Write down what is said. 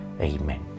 Amen